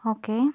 okay